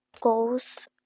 goals